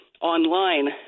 online